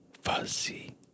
Fuzzy